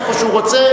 איפה שהוא רוצה,